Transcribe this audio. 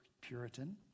Puritan